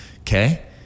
okay